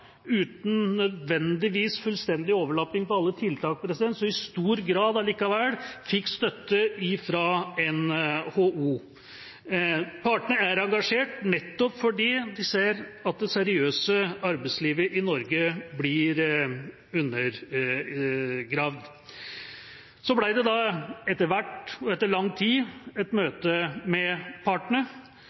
uten nødvendigvis fullstendig overlapping på alle tiltak, men i stor grad likevel – fikk støtte fra NHO. Partene er engasjert nettopp fordi de ser at det seriøse arbeidslivet i Norge blir undergravd. Så ble det etter hvert – etter lang tid